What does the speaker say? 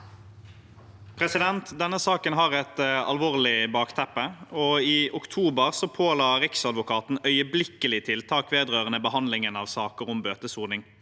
Denne sa- ken har et alvorlig bakteppe. I oktober påla Riksadvokaten øyeblikkelige tiltak vedrørende behandlingen av saker om bøtesoning.